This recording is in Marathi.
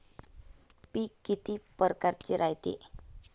पिकं किती परकारचे रायते?